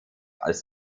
als